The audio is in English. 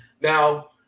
Now